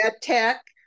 tech